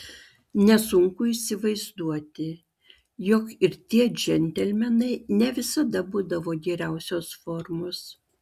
nesunku įsivaizduoti jog ir tie džentelmenai ne visada būdavo geriausios formos